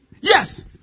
Yes